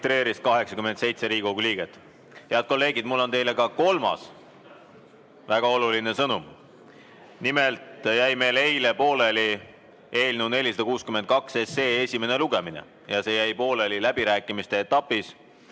Head kolleegid, mul on teile ka kolmas väga oluline sõnum. Nimelt jäi meil eile pooleli eelnõu 462 esimene lugemine ja see jäi pooleli läbirääkimiste etapis.